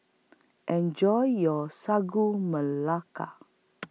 Enjoy your Sagu Melaka